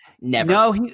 No